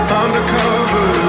undercover